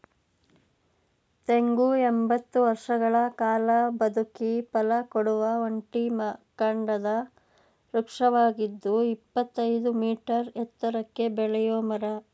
ತೆಂಗು ಎಂಬತ್ತು ವರ್ಷಗಳ ಕಾಲ ಬದುಕಿ ಫಲಕೊಡುವ ಒಂಟಿ ಕಾಂಡದ ವೃಕ್ಷವಾಗಿದ್ದು ಇಪ್ಪತ್ತಯ್ದು ಮೀಟರ್ ಎತ್ತರಕ್ಕೆ ಬೆಳೆಯೋ ಮರ